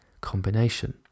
combination